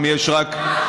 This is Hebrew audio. עכשיו.